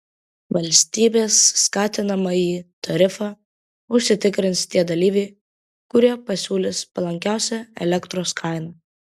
valstybės skatinamąjį tarifą užsitikrins tie dalyviai kurie pasiūlys palankiausią elektros kainą